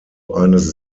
eines